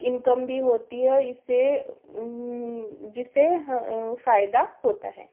income भी होती है और इससे जिससे फ़ायदा होता है